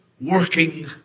working